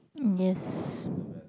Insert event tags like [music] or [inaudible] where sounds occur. yes [breath]